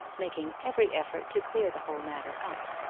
making every effort to clear the whole matter up.